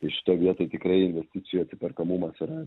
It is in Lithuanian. ir šitoj vietoj investicijų atsiperkamumas yra